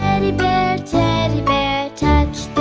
teddy bear, teddy bear, touch the